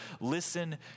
listen